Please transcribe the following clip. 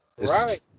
Right